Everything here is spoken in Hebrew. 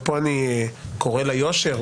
ופה אני קורא ליושר,